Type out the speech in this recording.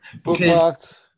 Bookmarked